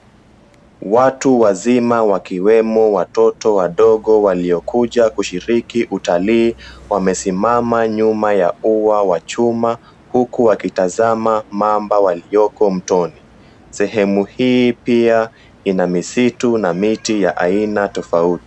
Watu wazima wakiwemo watoto wadogo waliokuja kushiriki Utalii wamesimama nyuma ya ua wa chuma huku wakitazama Mamba walioko mtoni. Sehemu hii pia ina misitu na miti ya aina tofauti.